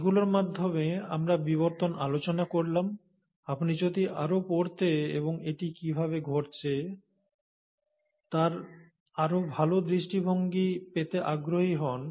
এগুলোর মাধ্যমে আমরা বিবর্তন আলোচনা করলাম আপনি যদি আরও পড়তে এবং এটি কীভাবে ঘটেছে তার আরও ভাল দৃষ্টিভঙ্গি পেতে আগ্রহী হন